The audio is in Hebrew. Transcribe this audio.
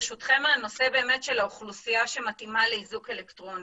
לגבי האוכלוסייה שמתאימה לאיזוק אלקטרוני.